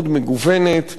מאוד מגוונת,